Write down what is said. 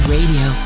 Radio